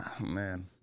man